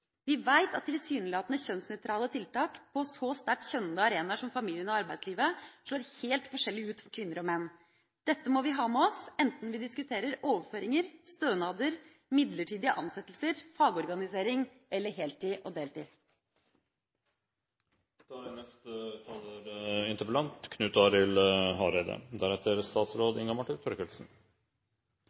Vi vet at tilsynelatende kjønnsnøytrale tiltak på så sterkt kjønnete arenaer som familien og arbeidslivet slår helt forskjellig ut for kvinner og menn. Dette må vi ha med oss, enten vi diskuterer overføringer, stønader, midlertidige ansettelser, fagorganisering eller heltid og